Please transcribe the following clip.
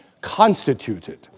constituted